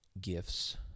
gifts